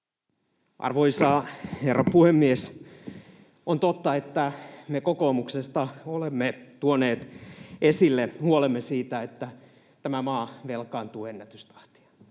Arvoisa herra puhemies! On totta, että me kokoomuksesta olemme tuoneet esille huolemme siitä, että tämä maa velkaantuu ennätystahtia.